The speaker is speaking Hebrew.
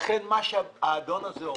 לכן מה שהאדון הזה אומר,